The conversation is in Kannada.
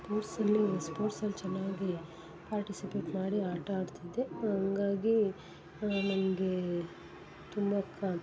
ಸ್ಪೋರ್ಟ್ಸಲ್ಲಿ ಸ್ಪೋರ್ಟ್ಸಲ್ಲಿ ಚೆನ್ನಾಗಿ ಪಾರ್ಟಿಸಿಪೇಟ್ ಮಾಡಿ ಆಟ ಆಡ್ತಿದ್ದೆ ಹಂಗಾಗಿ ನನಗೆ ತುಂಬ ಕ್